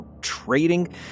trading